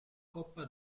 coppa